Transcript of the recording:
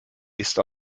ist